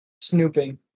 Snooping